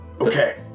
okay